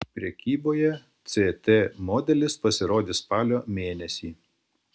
prekyboje ct modelis pasirodys spalio mėnesį